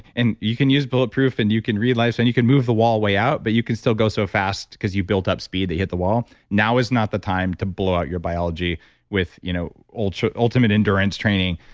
and you can use bulletproof, and you can realize, and you can move the wall way out, but you can still go so fast because you built up speed that you hit the wall. now is not the time to blow out your biology with you know ultimate ultimate endurance training.